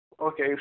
Okay